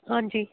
ਹਾਂਜੀ